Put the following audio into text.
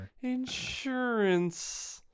Insurance